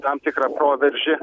tam tikrą proveržį